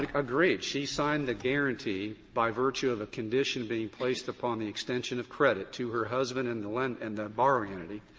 like agree. she signed the guaranty by virtue of a condition being placed upon the extension of credit to her husband and the lend and the borrowing entity.